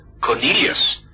Cornelius